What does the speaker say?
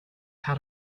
how